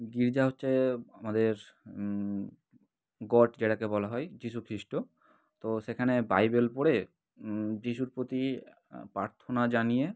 গির্জা হচ্ছে আমাদের গড যেটাকে বলা হয় যিশু খ্রিস্ট তো সেখানে বাইবেল পড়ে যিশুর প্রতি প্রার্থনা জানিয়ে